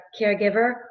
caregiver